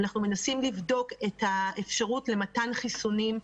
אנחנו מנסים לבדוק את האפשרות למתן חיסונים.